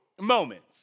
moments